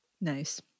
Nice